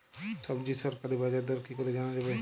সবজির সরকারি বাজার দর কি করে জানা যাবে?